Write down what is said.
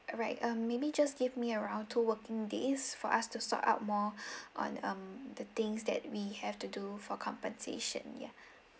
alright um maybe just give me around two working days for us to sort out more on um the things that we have to do for compensation yeah